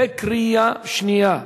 בקריאה שנייה.